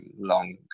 long